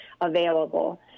available